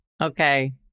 Okay